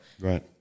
Right